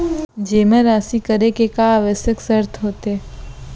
जेमा राशि करे के का आवश्यक शर्त होथे?